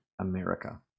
America